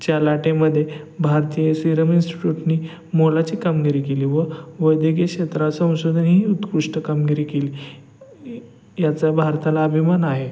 च्या लाटेमध्ये भारतीय सीरम इन्स्टिट्यूटने मोलाची कामगिरी केली व वैद्यकीय शेत्रात संशोधन ही उत्कृष्ट कामगिरी केली याचा भारताला अभिमान आहे